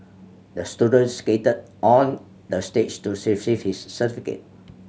the student skated on the stage to receive his certificate